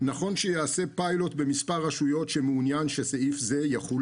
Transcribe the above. נכון שייעשה פיילוט במספר רשויות שמעוניינות שסעיף זה יחול